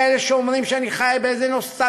יש כאלה שאומרים שאני חי בנוסטלגיה,